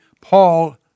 Paul